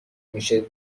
میشه